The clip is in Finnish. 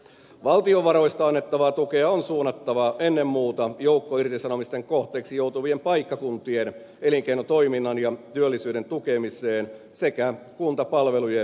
valtion varoista annettavaa tukea on suunnattava ennen muuta joukkoirtisanomisten kohteeksi joutuvien paikkakuntien elinkeinotoiminnan ja työllisyyden tukemiseen sekä kuntapalvelujen järjestämiseen